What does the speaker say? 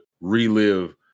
relive